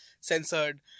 censored